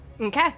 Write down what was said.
Okay